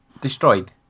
Destroyed